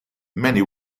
many